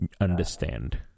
understand